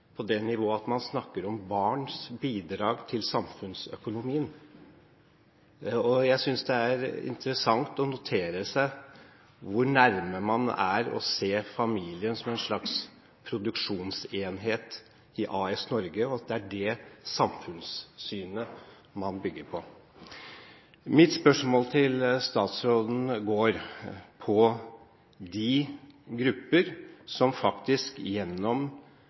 på det nivået at man snakker om barns bidrag til samfunnsøkonomien. Jeg synes det er interessant å notere seg hvor nær man er å se familien som en slags produksjonsenhet i AS Norge, og at det er det samfunnssynet man bygger på. Mitt spørsmål til statsråden gjelder de grupper som under rød-grønt styre faktisk